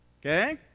okay